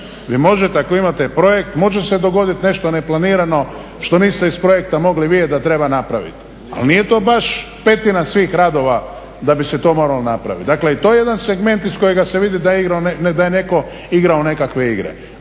Vi možete ako imate projekt može se dogoditi nešto neplanirano što niste iz projekta mogli vidjeti da treba napraviti, ali nije to baš petina svih radova da bi se to moralo napraviti. Dakle, i to je jedan segment iz kojega se vidi da je netko igrao nekakve igre.